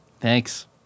Thanks